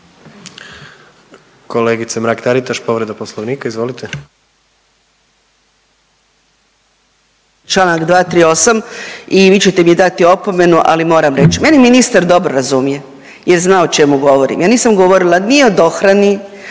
Kolegice Mrak-Taritaš povreda Poslovnika, izvolite. **Mrak-Taritaš, Anka (GLAS)** Članak 238. i vi ćete mi dati opomenu, ali moram reći. Mene ministar dobro razumije i zna o čemu govorim. Ja nisam govorila ni o dohrani,